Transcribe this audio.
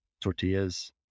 tortillas